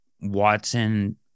Watson